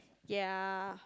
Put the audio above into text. ya